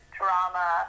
drama